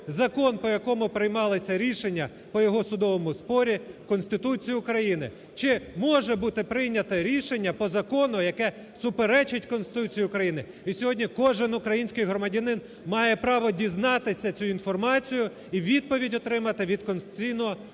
закон, по якому приймалося рішення по його судовому спорі, Конституції України, чи може бути прийняте рішення по закону, яке суперечить Конституції України. І сьогодні кожен український громадянин має право дізнатися цю інформацію і відповідь отримати від Конституційного